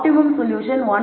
optimum solution 1